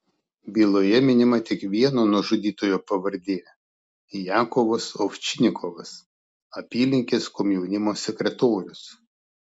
byloje minima tik vieno nužudytojo pavardė jakovas ovčinikovas apylinkės komjaunimo sekretorius